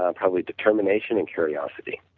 ah probably determination and curiosity.